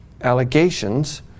allegations